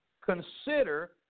Consider